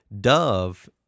dove